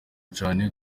cane